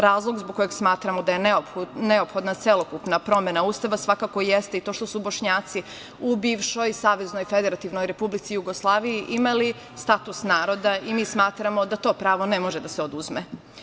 Razlog zbog kojeg smatramo da je neophodna celokupna promena Ustava svakako jeste i to što su Bošnjaci u bivšoj SFRJ imali status naroda i mi smatramo da to pravo ne može da se oduzme.